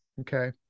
Okay